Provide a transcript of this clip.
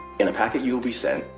in a packet you will be sent,